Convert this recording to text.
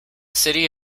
city